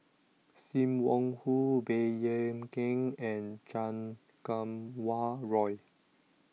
SIM Wong Hoo Baey Yam Keng and Chan Kum Wah Roy